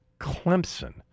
Clemson